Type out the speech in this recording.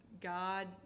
God